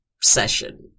session